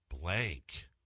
blank